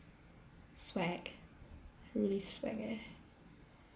swag really swag eh